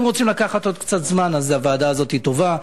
אם רוצים לקחת עוד קצת זמן, אז הוועדה הזאת טובה.